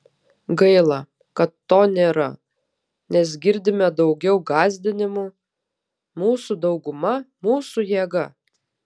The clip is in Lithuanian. gaila kad to nėra nes girdime daugiau gąsdinimų mūsų dauguma mūsų jėga